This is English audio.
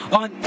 on